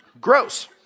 Gross